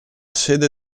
sede